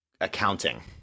accounting